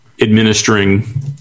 administering